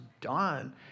done